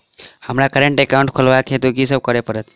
हमरा current account खोलेवाक हेतु की सब करऽ पड़त?